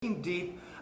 deep